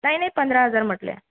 नाही नाही पंधरा हजार म्हटले